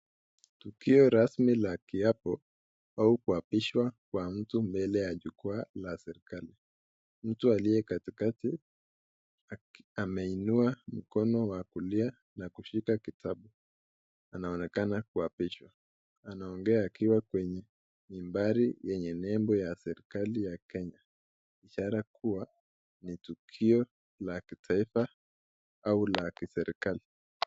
Tukio rasmi la kiapo au kuapishwa kwa mtu mbele ya jukwaa la serekali. Mtu aliyekatikati ameinua mkono wa kulia na kushika kitabu anaonekana kuapishwa. Anaongea kwenye nambari yenye nembo ya serekali ya kenya ishara kuwa ni tukio la kitaifa au la kiserekali.